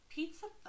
Pizza